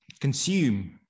consume